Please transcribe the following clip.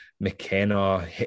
McKenna